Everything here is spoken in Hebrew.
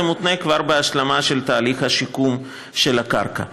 זה מותנה כבר בהשלמה של תהליך השיקום של הקרקע.